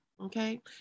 Okay